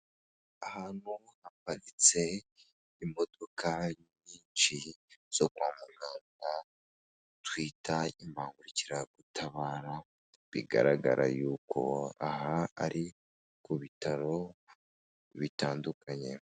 Ahantu haparitse imodoka nyinshi zo ku muganga, twita imbangukiragutabara bigaragara yuko aha ari ku bitaro bitandukanye.